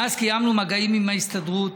מאז קיימנו מגעים עם ההסתדרות,